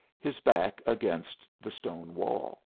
his back against the stone wall.